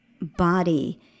body